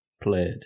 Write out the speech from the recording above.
played